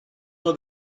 for